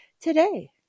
today